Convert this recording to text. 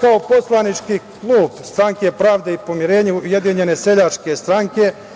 Kao poslanički klub stranke Pravde i pomirenja i Ujedinjene seljačke stranke,